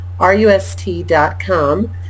RUST.com